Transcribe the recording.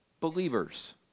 believers